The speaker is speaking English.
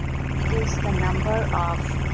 p is the number of